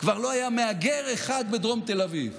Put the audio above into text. כבר לא היה מהגר אחד בדרום תל אביב,